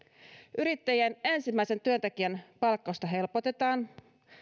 yrittäjien ensimmäisen työntekijän palkkausta helpotetaan